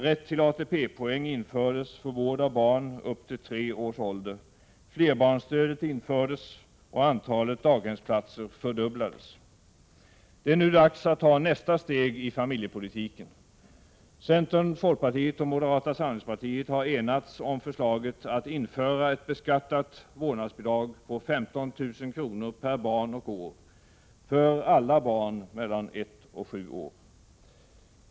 Rätt till ATP-poäng infördes för vård av barn upp till tre års ålder. Flerbarnsstödet infördes, och antalet daghemsplatser fördubblades. Det är nu dags att ta nästa steg i familjepolitiken. Centern, folkpartiet och moderata samlingspartiet har enats om förslaget att införa ett beskattat vårdnadsbidrag på 15 000 kr. per barn och år för alla barn mellan ett och sju år.